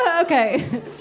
Okay